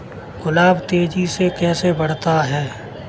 गुलाब तेजी से कैसे बढ़ता है?